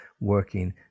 working